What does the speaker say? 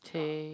they